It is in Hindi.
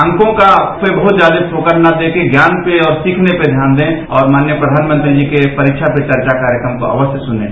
अंकों पे बहुत ज्यादा फोकस न देकर ज्ञान पे और सीखने पर ध्यान दें और माननीय प्रधानमंत्री जी के परीक्षा पे चर्चा कार्यक्रम को अवश्य सुनें